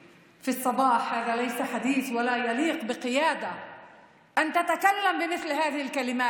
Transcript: תרשו לי מעל במה זו להגיד בכאב ששמעתי את הדיבורים